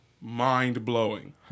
Mind-blowing